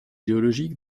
géologique